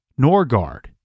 Norgard